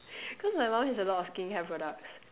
cause my mom has a lot of skin care products